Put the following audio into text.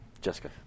Jessica